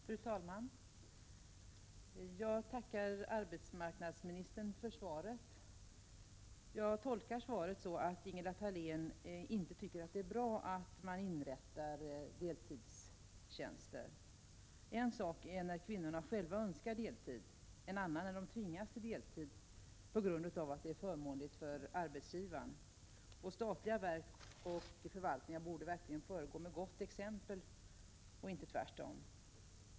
Fru talman! Jag tackar arbetsmarknadsministern för svaret. Jag tolkar svaret så att Ingela Thalén inte tycker att det är bra att man inrättar deltidstjänster. En sak är när kvinnorna själva önskar deltid, en annan när de tvingas till deltid på grund av att det är förmånligt för arbetsgivaren. Statliga verk och förvaltningar borde verkligen föregå med gott exempel och inte tvärtom.